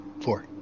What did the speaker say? Four